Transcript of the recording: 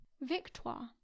Victoire